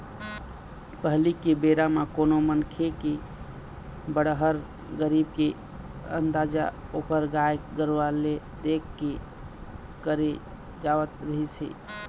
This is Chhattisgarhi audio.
पहिली के बेरा म कोनो मनखे के बड़हर, गरीब के अंदाजा ओखर गाय गरूवा ल देख के करे जावत रिहिस हे